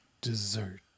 dessert